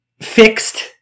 Fixed